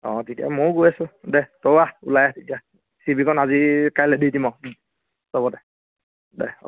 অঁ তেতিয়াে ময়ো গৈ আছোঁ দে তয়ো আহ ওলাই তেতিয়া চিভিখন আজি কাইলে দি দিম আৰু হ'ব দে দে হ'ব